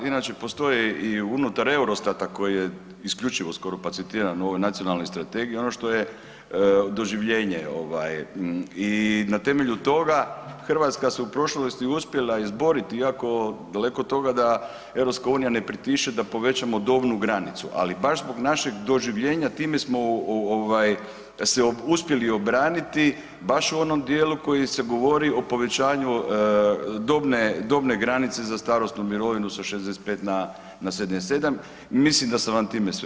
Inače postoje i unutar EUROSTAT-a koji je isključivo pa citiran u ovoj nacionalnoj strategiji ono što je doživljenje i na temelju toga Hrvatska se u prošlosti uspjela izboriti iako daleko toga da EU ne pritišće da povećamo dobnu granicu, ali baš zbog našeg doživljenja time smo se uspjeli obraniti baš u onom dijelu u kojem se govori o povećanju dobne granice za starosnu mirovinu sa 65 na 67 i mislim da sam vam time sve